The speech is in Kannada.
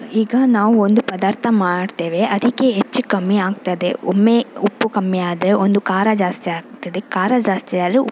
ಈಗ ನಾವು ಒಂದು ಪದಾರ್ಥ ಮಾಡ್ತೇವೆ ಅದಕ್ಕೆ ಹೆಚ್ಚು ಕಮ್ಮಿ ಆಗ್ತದೆ ಒಮ್ಮೆ ಉಪ್ಪು ಕಮ್ಮಿ ಆದರೆ ಒಂದು ಖಾರ ಜಾಸ್ತಿ ಆಗ್ತದೆ ಖಾರ ಜಾಸ್ತಿ ಆದರೆ ಉಪ್ಪು